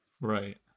Right